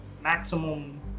maximum